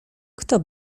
kto